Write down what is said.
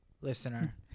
listener